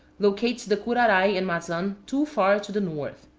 locates the curaray and mazan too far to the north.